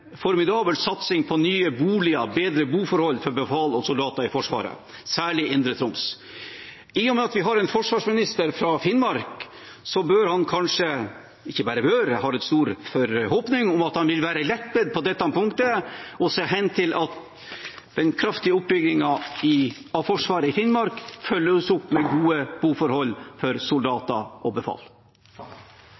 formidabel satsing på nye boliger, bedre boforhold, for befal og soldater i Forsvaret, særlig i Indre Troms. I og med at vi har en forsvarsminister fra Finnmark, så bør han kanskje ikke bare høre – jeg har store forhåpninger om at han vil være den rette på dette punktet og se til at den kraftige oppbyggingen av Forsvaret i Finnmark følges opp av gode boforhold for